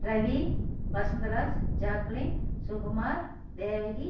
Ravi Vasantharaj Jacqueline Sukumar Devaki